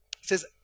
says